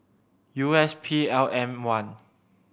U S P L M One